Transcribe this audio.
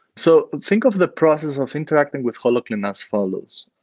so think of the process of interacting with holoclean as follows.